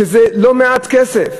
וזה לא מעט כסף.